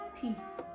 peace